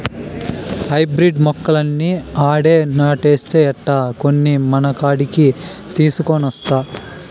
hybrid మొక్కలన్నీ ఆడే నాటేస్తే ఎట్టా, కొన్ని మనకాడికి తీసికొనొస్తా